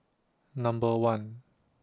Number one